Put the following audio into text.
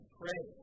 pray